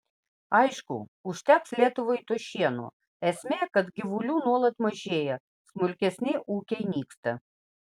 aišku užteks lietuvai to šieno esmė kad gyvulių nuolat mažėja smulkesni ūkiai nyksta